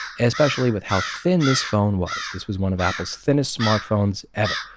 especially with how thin this phone was. this was one of apple's thinnest smartphones ever.